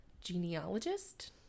genealogist